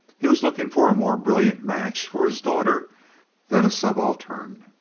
he was looking for a more brilliant match for his daughter than a subaltern.